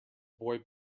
boy